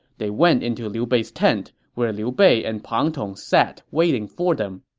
they went into liu bei's tent where liu bei and pang tong sat waiting for them